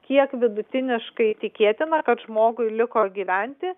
kiek vidutiniškai tikėtina kad žmogui liko gyventi